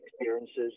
experiences